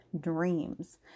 dreams